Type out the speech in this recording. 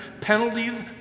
penalties